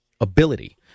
ability